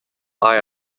aye